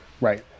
right